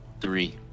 three